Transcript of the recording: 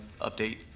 update